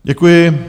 Děkuji.